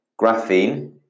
graphene